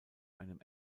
einem